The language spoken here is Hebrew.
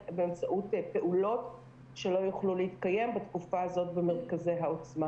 פעולות שלא יוכלו להתקיים בתקופה הזו במרכזי העוצמה.